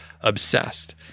obsessed